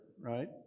right